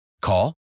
Call